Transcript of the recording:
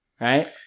right